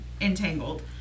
entangled